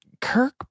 Kirk